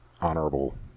honorable